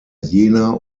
jena